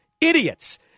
Idiots